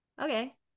Okay